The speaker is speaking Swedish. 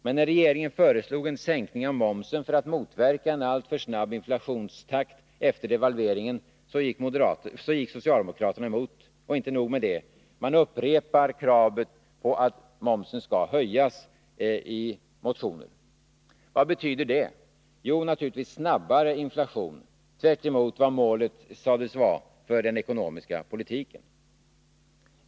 Men när regeringen föreslog en sänkning av momsen för att motverka en alltför snabb inflationstakt efter devalveringen, gick socialdemokraterna mot det förslaget. Och inte nog med det, socialdemokraterna upprepar i motionen kravet på att momsen skall höjas. Vad betyder det? Jo, naturligtvis snabbare inflation, tvärtemot vad målet för deras ekonomiska politik sades vara.